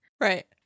Right